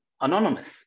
anonymous